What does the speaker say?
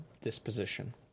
disposition